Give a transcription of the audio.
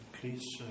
please